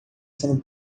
sendo